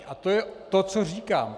A to je to, co říkám.